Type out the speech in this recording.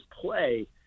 play